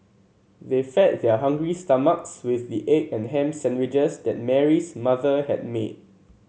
they fed their hungry stomachs with the egg and ham sandwiches that Mary's mother had made